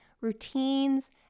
Routines